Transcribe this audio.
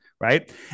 right